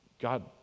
god